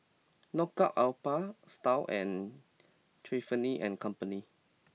Knockout Alpha Style and Tiffany and Company